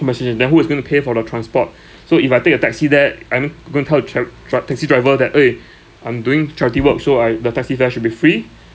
compensation then who is going to pay for the transport so if I take a taxi there I'm going to tell the taxi driver that !oi! I'm doing charity work so I the taxi fare should be free